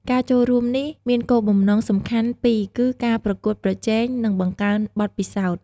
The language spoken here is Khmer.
ការចូលរួមនេះមានគោលបំណងសំខាន់ពីរគឺ ការប្រកួតប្រជែង និងបង្កើនបទពិសោធន៍។